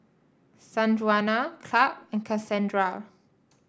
Sanjuana Clarke and Kassandra